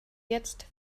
jetzt